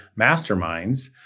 masterminds